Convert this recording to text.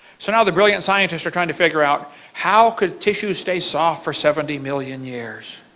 so now the brilliant scientists are trying to figure out how could tissue stay soft for seventy million years?